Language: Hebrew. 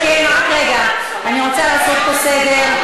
רק רגע, אני רוצה לעשות פה סדר.